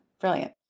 Brilliant